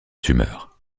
tumeur